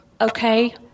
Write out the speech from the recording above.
Okay